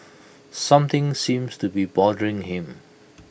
something seems to be bothering him